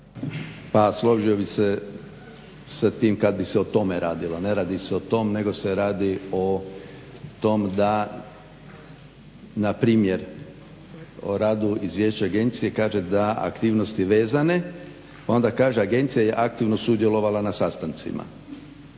Pa složio bih se sa tim kad bi se o tome radilo. Ne radi se o tom, nego se radi o tom da na primjer o radu izvješća agencije kaže da aktivnosti vezane, onda kaže agencija je aktivno sudjelovala na sastancima